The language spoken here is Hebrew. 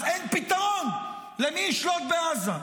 אז אין פתרון למי ישלוט בעזה.